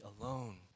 alone